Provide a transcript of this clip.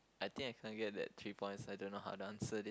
I think I can't get that three points I don't know how to answer this